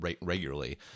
regularly